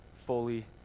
fully